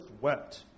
wept